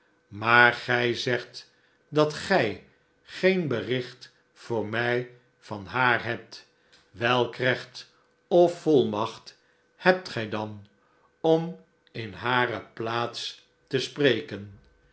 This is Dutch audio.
maar gij zegt dat gij geen bericht voor mij van haar hebt welk recht of volmacht hebt gij dan om in hare plaats te spreken